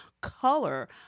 color